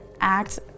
act